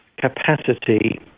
capacity